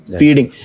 feeding